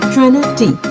Trinity